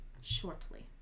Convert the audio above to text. shortly